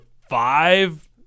five